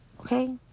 Okay